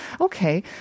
Okay